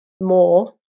more